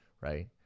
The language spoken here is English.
right